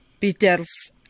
Peters